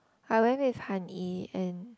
I went with han yi and